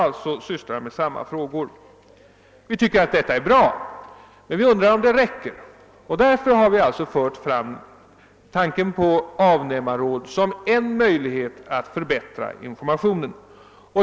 Vi motionärer tycker att detta är bra, men vi undrar om det räcker. Det är därför vi har fört fram tanken på avnämarråd som en möjlighet att förbiättra informationen.